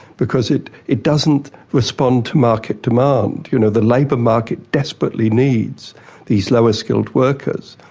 because it it doesn't respond to market demand. you know, the labour market desperately needs these lower-skilled workers,